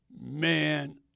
Man